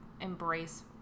embrace